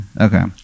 Okay